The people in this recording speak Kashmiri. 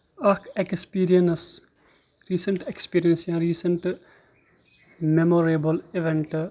اکھ ایکسپیرینس ریسینٹ ایکسپیرینس یا ریسینٹ میموریبٔل اِوینٛٹ